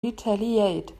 retaliate